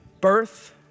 birth